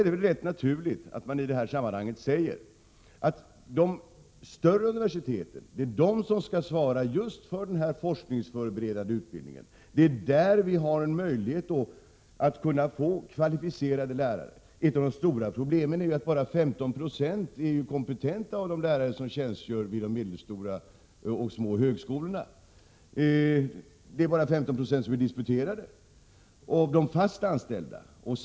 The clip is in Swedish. Det är rätt naturligt att man i detta sammanhang säger att det är de större universiteten som skall ansvara för just den forskningsförberedande utbildningen, det är då vi har möjlighet att få kvalificerade lärare. Ett av de stora problemen är ju att bara 15 26 av lärarna vid medelstora och små högskolor är kompetenta, det är bara 15 96 av de fast anställda som är disputerade.